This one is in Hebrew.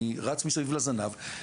אני רץ מסביב לזנב,